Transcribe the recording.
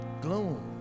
gloom